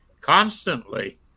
constantly